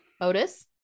Otis